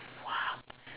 !wah!